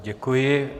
Děkuji.